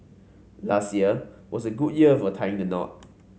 last year was a good year for tying the knot